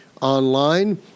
online